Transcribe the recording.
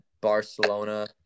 Barcelona